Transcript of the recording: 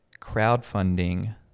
crowdfunding